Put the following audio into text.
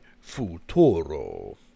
futuro